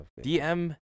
DM